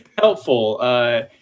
helpful